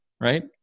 right